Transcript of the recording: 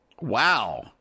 Wow